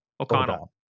O'Connell